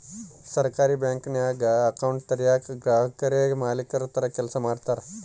ಸಹಕಾರಿ ಬ್ಯಾಂಕಿಂಗ್ನಾಗ ಅಕೌಂಟ್ ತೆರಯೇಕ ಗ್ರಾಹಕುರೇ ಮಾಲೀಕುರ ತರ ಕೆಲ್ಸ ಮಾಡ್ತಾರ